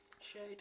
Shade